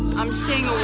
i'm seeing a